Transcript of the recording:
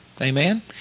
Amen